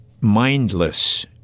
mindless